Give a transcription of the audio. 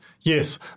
yes